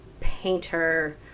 painter